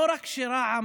לא רק שברע"מ